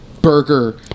burger